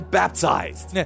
baptized